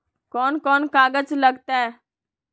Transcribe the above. कौन कौन कागज लग तय?